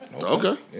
okay